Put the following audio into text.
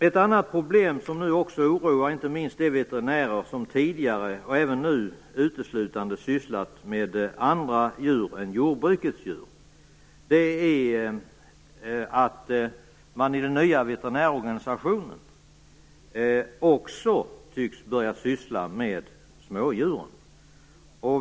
Ett annat problem som oroar inte minst de veterinärer som tidigare uteslutande sysslat med andra djur än jordbrukets djur, och som gör det även nu, är att man i den nya veterinärorganisationen också tycks börja syssla med smådjuren.